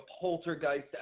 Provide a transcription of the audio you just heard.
poltergeist